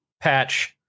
patch